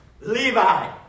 Levi